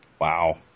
Wow